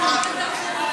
אנחנו הבנו.